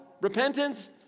repentance